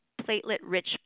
platelet-rich